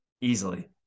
easily